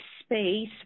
space